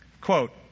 Quote